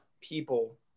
people